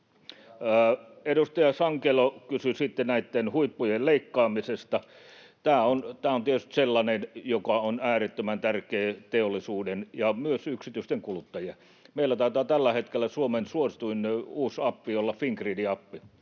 Edustaja Sankelo kysyi sitten näitten huippujen leikkaamisesta. Tämä on tietysti sellainen, joka on äärettömän tärkeä teollisuuden ja myös yksityisten kuluttajien kannalta. Meillä taitaa tällä hetkellä Suomen suosituin uusi appi olla Fingridin appi,